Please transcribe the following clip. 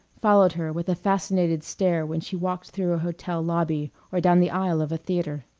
followed her with a fascinated stare when she walked through a hotel lobby or down the aisle of a theatre.